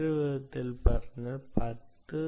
മറ്റൊരു വിധത്തിൽ പറഞ്ഞാൽ 10